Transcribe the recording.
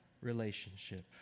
relationship